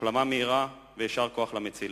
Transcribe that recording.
החלמה מהירה ויישר כוח למציל.